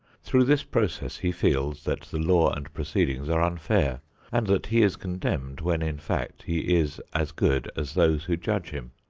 through this process he feels that the law and proceedings are unfair and that he is condemned, when, in fact, he is as good as those who judge him.